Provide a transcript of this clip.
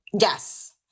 Yes